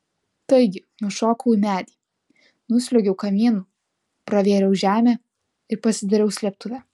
taigi nušokau į medį nusliuogiau kamienu pravėriau žemę ir pasidariau slėptuvę